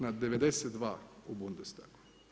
Na 92 u Bundestagu.